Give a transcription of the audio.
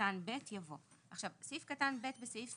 קטן (ב) יבוא:" -- סעיף קטן (ב) בסעיף